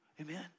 Amen